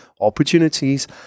opportunities